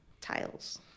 tiles